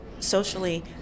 socially